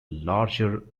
larger